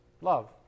Love